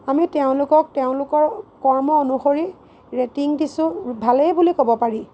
আমি তেওঁলোকক তেওঁলোকৰ কৰ্ম অনুসৰি ৰেটিং দিছোঁ ভালেই বুলি ক'ব পাৰি